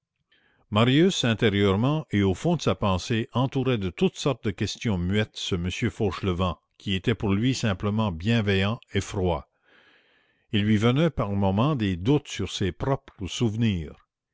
marius intérieurement et au fond de sa pensée entourait de toutes sortes de questions muettes ce m fauchelevent qui était pour lui simplement bienveillant et froid il lui venait par moments des doutes sur ses propres souvenirs